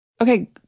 Okay